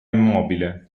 immobile